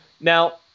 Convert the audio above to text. Now